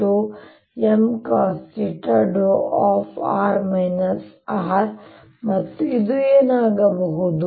HMcosθδr R ಮತ್ತು ಇದು ಏನಾಗುತ್ತದೆ